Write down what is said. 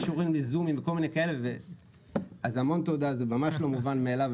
אז המון תודה, זה ממש לא מובן מאליו.